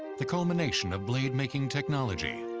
the culmination of blade-making technology.